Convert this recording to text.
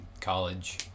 college